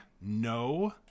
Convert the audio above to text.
No